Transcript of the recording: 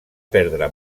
perdre